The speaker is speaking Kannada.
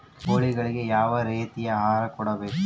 ಕೋಳಿಗಳಿಗೆ ಯಾವ ರೇತಿಯ ಆಹಾರ ಕೊಡಬೇಕು?